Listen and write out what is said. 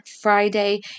Friday